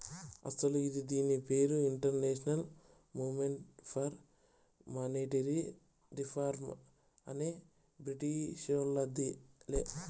అస్సలు ఇది దీని పేరు international movement for monetary reform అనే బ్రిటీషోల్లదిలే